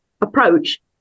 approach